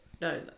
No